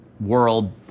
world